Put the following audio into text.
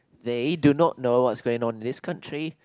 they do not know what's going on in this country